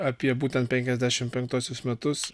apie būtent penkiasdešimt penktuosius metus